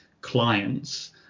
clients